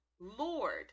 Lord